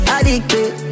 Addicted